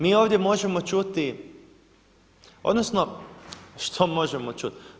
Mi ovdje možemo čuti odnosno što možemo čuti.